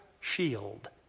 shield